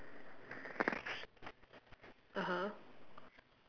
(uh huh)